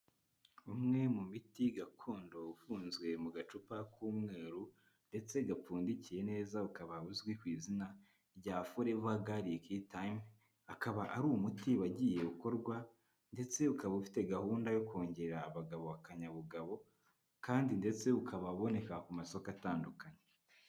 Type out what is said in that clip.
Umwe mu miti gakondo ufunzwe mu gacupa k'umweru ndetse gapfundikiye neza ukaba uzwi ku izina rya Forever garlic thyme, akaba ari umuti wagiye gukorwa ndetse ukaba ufite gahunda yo kongera abagabo akanyabugabo kandi ndetse ukaba aboneka ku masoko atandukanye.